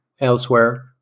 elsewhere